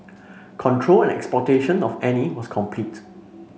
control and exploitation of Annie was complete